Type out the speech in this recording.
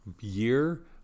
year